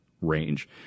range